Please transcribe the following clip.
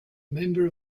member